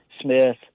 Smith